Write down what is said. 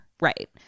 right